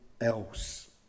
else